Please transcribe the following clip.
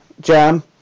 Jam